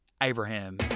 abraham